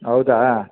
ಹೌದಾ